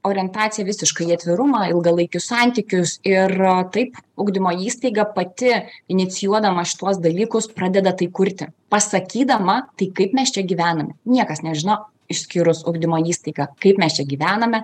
orientacija visiškai į atvirumą ilgalaikius santykius ir taip ugdymo įstaiga pati inicijuodama šituos dalykus pradeda tai kurti pasakydama tai kaip mes čia gyvenam niekas nežino išskyrus ugdymo įstaigą kaip mes čia gyvename